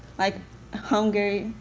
like hunger,